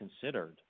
considered